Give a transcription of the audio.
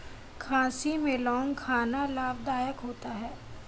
खांसी में लौंग खाना लाभदायक होता है